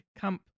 camp